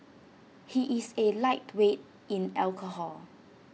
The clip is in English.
he is A lightweight in alcohol